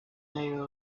mayor